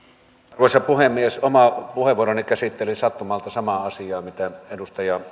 arvoisa puhemies oma puheenvuoroni käsittelee sattumalta samaa asiaa kuin edustaja